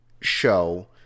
show